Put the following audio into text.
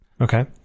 Okay